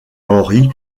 henri